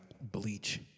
bleach